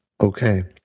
Okay